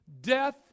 death